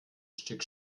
stück